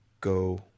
go